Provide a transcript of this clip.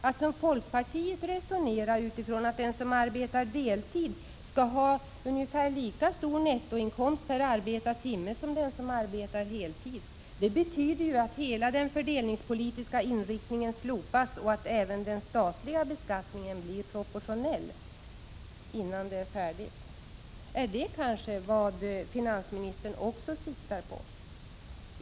Att som folkpartiet resonera utifrån den utgångspunkten att den som arbetar deltid skall ha ungefär lika stor nettoinkomst per arbetad timme som den som arbetar heltid, betyder att hela den fördelningspolitiska inriktningen slopas och att även den statliga beskattningen blir proportionell till slut. Är det kanske vad finansministern också siktar på?